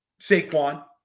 Saquon